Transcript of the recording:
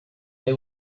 they